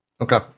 Okay